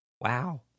Wow